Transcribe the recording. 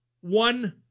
one